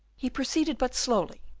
he proceeded but slowly,